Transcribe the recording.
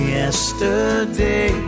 yesterday